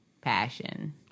passion